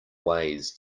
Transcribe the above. ways